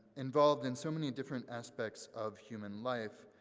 involved in so many different aspects of human life.